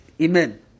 Amen